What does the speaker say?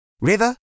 River